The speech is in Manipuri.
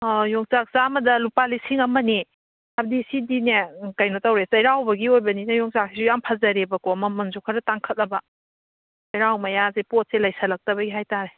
ꯌꯣꯡꯆꯥꯛ ꯆꯥꯝꯃꯗ ꯂꯨꯄꯥ ꯂꯤꯁꯤꯡ ꯑꯃꯅꯦ ꯍꯥꯏꯕꯗꯤ ꯁꯤꯗꯤꯅꯦ ꯀꯩꯅꯣ ꯇꯧꯔꯦ ꯆꯩꯔꯥꯎꯕꯒꯤ ꯑꯣꯏꯕꯅꯤꯅ ꯌꯣꯡꯆꯥꯛꯁꯨ ꯌꯥꯝ ꯐꯖꯔꯦꯕꯀꯣ ꯃꯃꯟꯁꯨ ꯈꯔ ꯇꯥꯡꯈꯠꯂꯕ ꯆꯩꯔꯥꯎ ꯃꯌꯥꯁꯦ ꯄꯣꯠꯁꯦ ꯂꯩꯁꯤꯜꯂꯛꯇꯕꯒꯤ ꯍꯥꯏꯇꯥꯔꯦ